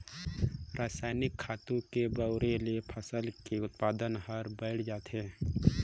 रसायनिक खातू के बउरे ले फसल के उत्पादन हर बायड़ जाथे